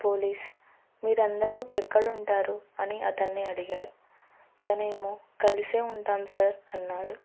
police మీరందరూ ఎక్కడుంటారు అని అతన్ని అడిగారు తనేమో కలిసే ఉంటాం సార్ అన్నాడు